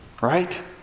Right